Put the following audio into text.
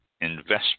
investment